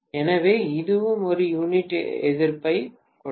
எனவே இதுவும் ஒரு யூனிட் எதிர்ப்பைக் கொடுக்கும்